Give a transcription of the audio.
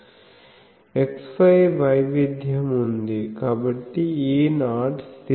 x y వైవిధ్యం ఉంది కాబట్టి E0 స్థిరంగా ఉంటుంది